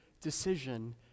decision